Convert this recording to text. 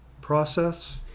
process